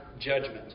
judgment